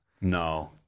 No